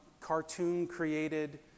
cartoon-created